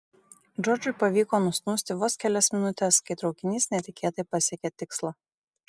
džordžui pavyko nusnūsti vos kelias minutes kai traukinys netikėtai pasiekė tikslą